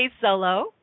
solo